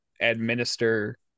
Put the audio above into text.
administer